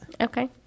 Okay